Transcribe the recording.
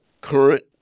current